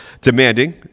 demanding